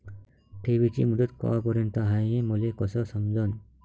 ठेवीची मुदत कवापर्यंत हाय हे मले कस समजन?